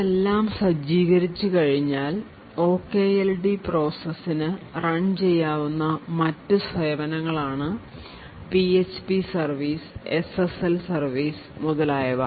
ഇതെല്ലാം സജ്ജീകരിച്ചുകഴിഞ്ഞാൽ OKLD പ്രോസസിനു റൺ ചെയ്യാവുന്ന മറ്റ് സേവനങ്ങളാണ് PHP service SSL service മുതലായവ